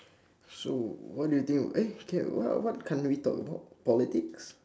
so what do you think of eh can what what can't we talk about politics